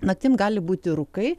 naktim gali būti rūkai